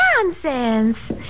Nonsense